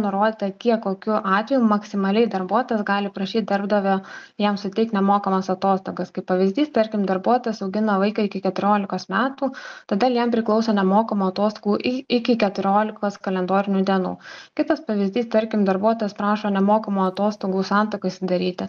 nurodyta kiek kokiu atveju maksimaliai darbuotojas gali prašyt darbdavio jam suteikt nemokamas atostogas kaip pavyzdys tarkim darbuotojas augina vaiką iki keturiolikos metų todėl jam priklauso nemokamų atostogų į iki keturiolikos kalendorinių dienų kitas pavyzdys tarkim darbuotojas prašo nemokamų atostogų santuokai sudaryti